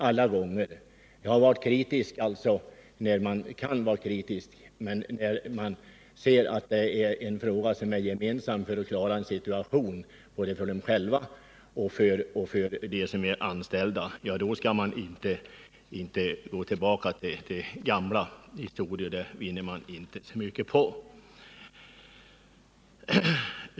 Jag har ställt mig kritisk när jag funnit anledning att göra det, men när det gäller något som varit av gemensamt intresse för både företaget självt och de anställda för att klara en situation skall man inte gå tillbaka till gamla historier. Det vinner man inte mycket på.